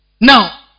Now